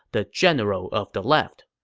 the general of the left.